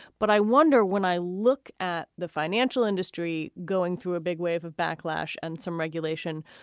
but i wonder when i look at the financial industry going through a big wave of backlash and some regulation,